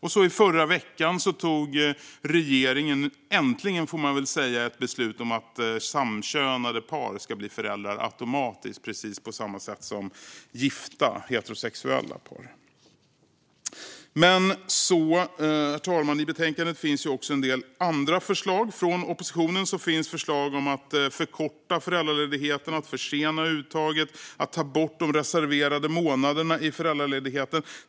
I förra veckan tog regeringen - äntligen, får man väl säga - ett beslut om att samkönade par ska bli föräldrar automatiskt, precis på samma sätt som gifta heterosexuella par. Men i betänkandet finns också en del andra förslag, herr talman. Från oppositionen finns förslag om att förkorta föräldraledigheten, att försena uttaget och att ta bort de reserverade månaderna i föräldraledigheten.